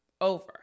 over